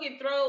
throw